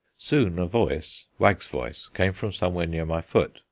soon a voice wag's voice came from somewhere near my foot.